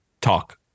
talk